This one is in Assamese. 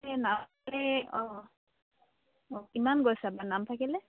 অঁ অঁ কিমান গৈছে বাৰু নামফাকেলৈ